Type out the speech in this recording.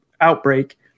outbreak